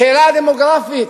השאלה הדמוגרפית.